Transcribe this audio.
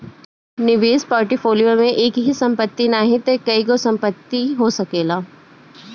निवेश पोर्टफोलियो में एकही संपत्ति नाही तअ कईगो संपत्ति हो सकेला